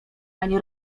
ani